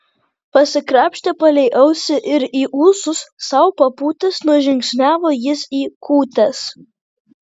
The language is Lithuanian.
pasikrapštė palei ausį ir į ūsus sau papūtęs nužingsniavo jis į kūtes